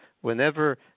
whenever